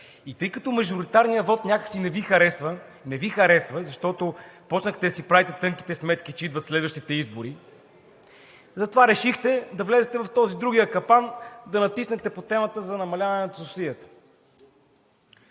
И тъй като мажоритарният вот някак си не Ви харесва, защото почнахте да си правите тънките сметки, че идват следващите избори, затова решихте да влезете в този – другия капан, и да натиснете по темата за намаляването на субсидията.